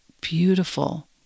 beautiful